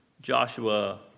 Joshua